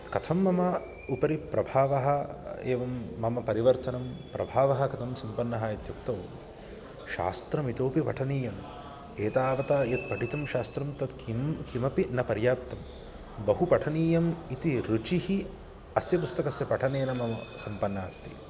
कथं मम उपरि प्रभावः एवं मम परिवर्तनं प्रभावः कथं सम्पन्नः इत्युक्तौ शास्त्रमितोपि पठनीयम् एतावता यत् पठितुं शास्त्रं तत् किं किमपि न पर्याप्तं बहु पठनीयम् इति रुचिः अस्य पुस्तकस्य पठनेन मम सम्पन्ना अस्ति